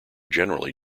generally